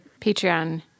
Patreon